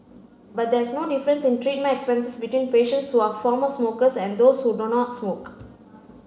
but there is no difference in treatment expenses between patients who are former smokers and those who do not smoke